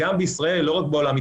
גם בישראל ולא רק בעולם,